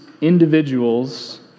individuals